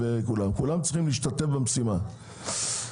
כולם צריכים להשתתף במשימה.